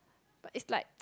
but it's like